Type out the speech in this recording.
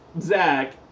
Zach